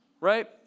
right